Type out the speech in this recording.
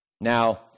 Now